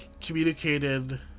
communicated